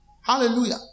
Hallelujah